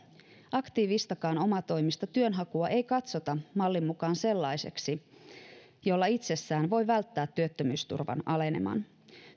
aktiivistakaan omatoimista työnhakua ei katsota mallin mukaan sellaiseksi jolla itsessään voi välttää työttömyysturvan aleneman